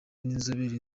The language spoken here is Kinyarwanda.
n’inzobere